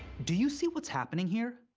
do you see what's happening here?